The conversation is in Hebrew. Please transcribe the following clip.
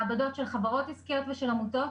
מעבדות של חברות עסקיות ושל העמותות,